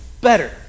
better